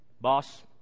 Boss